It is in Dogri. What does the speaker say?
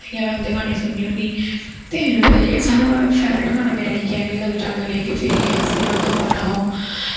इयां में उंदे गाने सुननी होनी ते सारें कोला फैवरट मेरा गाना इयै कि लह जा गले कि फिर जे हंसी रात हो ना हो